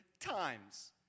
times